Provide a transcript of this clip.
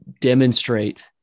demonstrate